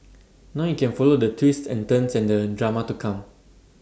now you can follow the twists and turns and the drama to come